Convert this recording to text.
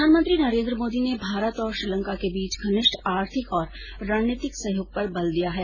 प्रधानमंत्री नरेंद्र मोदी ने भारत और श्रीलंका के बीच घनिष्ठ आर्थिक और रणनीतिक सहयोग पर बल दिया है